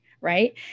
Right